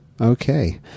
Okay